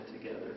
together